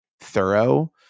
thorough